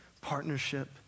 partnership